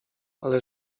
ale